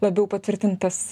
labiau patvirtintas